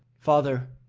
father,